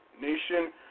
nation